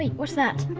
wait, what's that?